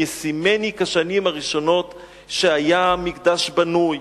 מי ישימני כשנים הראשונות שהיה המקדש בנוי,